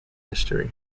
history